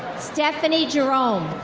stephanie jerome.